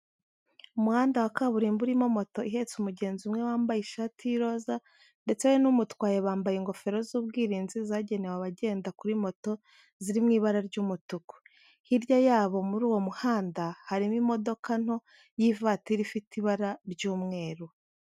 Umuhanda wa kaburimbo urimo moto ihetse umugenzi umwe wambaye ishati y'iroza ndetse we n'umutwaye bambaye ingofero z'ubwirinzi zagenewe abagenda kuri moto ziri mu ibara ry'umutuku. Hirya yabo muri uwo muhanda harimo imodoka nto y'ivatiri ifite ibara ry'umweru.